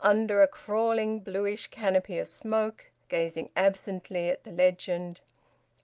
under a crawling bluish canopy of smoke, gazing absently at the legend